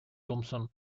томпсон